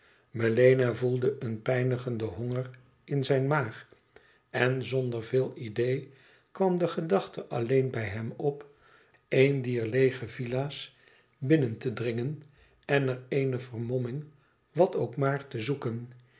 melena voelde een pijnigenden honger in zijn maag en zonder veel idee kwam de gedachte alleen bij hem op een dier leêge villa's binnen te dringen en er eene vermomming wat ook maar te zoeken